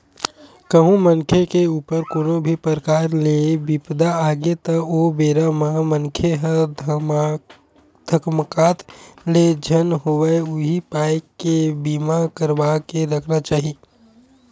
कहूँ मनखे के ऊपर कोनो भी परकार ले बिपदा आगे त ओ बेरा म मनखे ह धकमाकत ले झन होवय उही पाय के बीमा करवा के रखना चाही